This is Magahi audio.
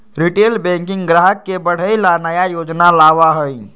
रिटेल बैंकिंग ग्राहक के बढ़े ला नया योजना लावा हई